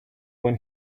when